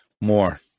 more